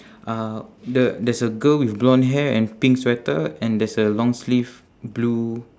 uh the there's a girl with blonde hair and pink sweater and there's a long sleeve blue